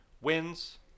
wins